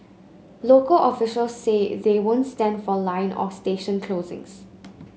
local officials say they won't stand for line or station closings